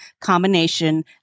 combination